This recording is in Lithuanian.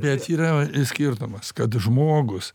bet yra skirtumas kad žmogus